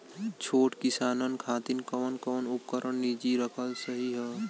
छोट किसानन खातिन कवन कवन उपकरण निजी रखल सही ह?